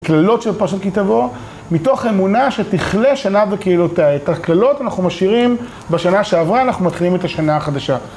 קללות של פרשת כי תבוא, מתוך אמונה שתכלה שנה וקללותיה. את הקללות שאנחנו משאירים בשנה שעברה, אנחנו מתחילים את השנה החדשה.